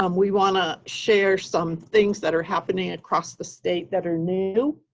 um we want to share some things that are happening across the state that are new.